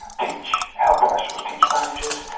teach health professionals, teach managers,